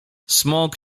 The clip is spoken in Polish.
smok